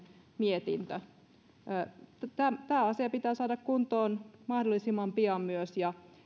mietintö tämä asia pitää myös saada kuntoon mahdollisimman pian ja